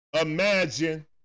Imagine